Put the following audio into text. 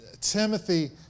Timothy